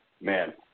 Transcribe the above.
man